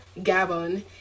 Gabon